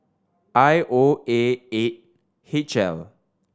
I O A eight H L